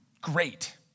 great